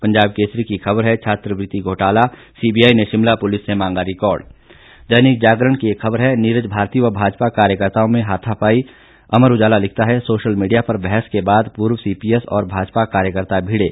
पंजाब केसरी की खबर है छात्रवृति घोटाला सीबीआई ने शिमला पुलिस से मांगा रिकार्ड दैनिक जागरण की खबर है नीरज भारती व भाजपा कायर्कताओं में हाथापाई अमर उजाला लिखता है सोशल मीडिया पर बहस के बाद पूर्व सीपीएस और भाजपा कार्यकर्ता भिड़े